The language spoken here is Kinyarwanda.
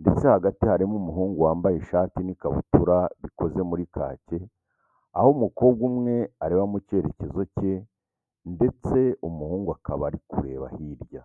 ndetse hagati harimo umuhungu wambaye ishati n'ikabutura bikoze muri kaki aho umukobwa umwe areba mu kerekezo cye ndetse umuhungu akaba ari kureba hirya.